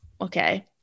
okay